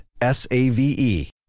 S-A-V-E